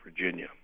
Virginia